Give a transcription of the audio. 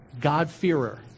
God-fearer